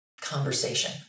conversation